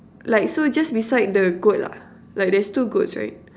like so just beside the goat lah like there's two goats right